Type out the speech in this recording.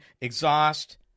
exhaust